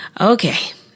Okay